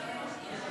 לתינוקות.